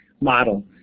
model